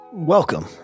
Welcome